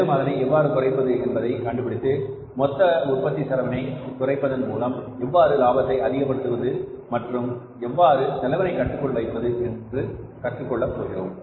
மேலும் அதனை எவ்வாறு குறைப்பது என்பதை கண்டுபிடித்து மொத்த உற்பத்தி செலவினை குறைப்பதன் மூலம் எவ்வாறு லாபத்தை அதிகப்படுத்துவது மற்றும் எவ்வாறு செலவினை கட்டுக்குள் வைப்பது என்று கற்றுக் கொள்ளப் போகிறோம்